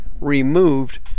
removed